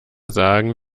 sagen